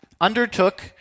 undertook